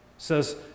says